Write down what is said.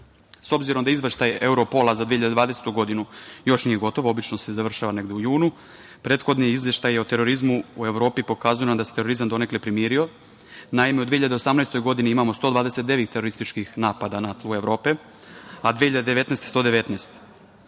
obzirom da je izveštaj EVROPOL-a za 2020. godinu još nije gotov, obično se završava negde u junu, prethodni izveštaj o terorizmu u Evropi pokazuje nam da se terorizam donekle primirio. Naime, u 2018. godini imamo 129 terorističkih napada na tlu Evrope, a 2019. godine